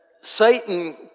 Satan